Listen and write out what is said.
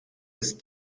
ist